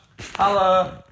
Hello